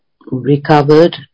recovered